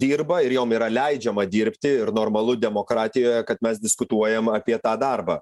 dirba ir jom yra leidžiama dirbti ir normalu demokratijoje kad mes diskutuojam apie tą darbą